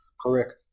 Correct